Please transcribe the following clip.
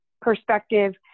perspective